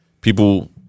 People